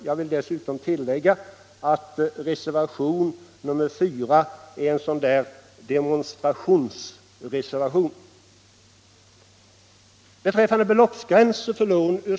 Jag vill också tillägga att reservationen 4 är en demonstrationsreservation. kr.